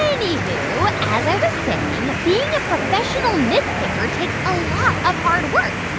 anyhoo, as i was saying, being a professional nitpicker takes a lot of hard work.